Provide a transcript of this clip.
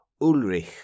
Ulrich